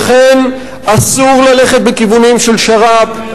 לכן, אסור ללכת בכיוונים של שר"פ.